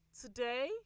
Today